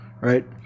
Right